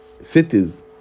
cities